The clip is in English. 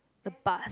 the bus